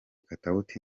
katauti